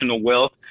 wealth